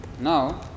Now